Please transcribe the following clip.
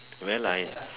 well I